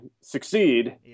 succeed